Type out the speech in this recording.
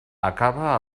acaba